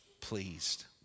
pleased